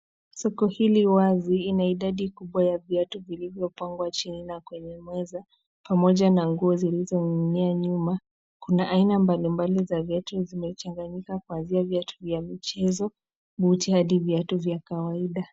Soko hili wazi ina idadi kubwa ya viatu vilivyopangwa chini na kwenye meza pamoja na nguo zilizoning'inia nyuma. Kuna aina mbalimbali za viatu zimechanganyika kuanzia viatu vya michezo, buti hadi viatu vya kawaida.